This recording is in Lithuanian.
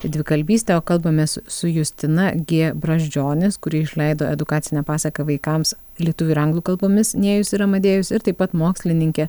dvikalbystę o kalbamės su justina g brazdžionis kuri išleido edukacinę pasaką vaikams lietuvių ir anglų kalbomis nėjus ir amadėjus ir taip pat mokslininkė